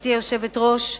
גברתי היושבת-ראש,